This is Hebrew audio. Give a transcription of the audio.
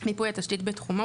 מיפוי התשתית בתחומו,